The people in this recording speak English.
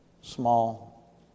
small